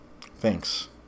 Thanks